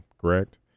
correct